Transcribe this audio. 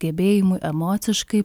gebėjimui emociškai